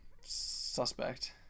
suspect